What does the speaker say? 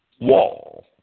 wall